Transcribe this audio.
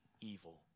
evil